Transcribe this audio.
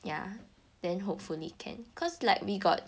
ya then hopefully can cause like we got